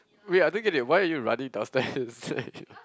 wait I don't get it why are you running downstairs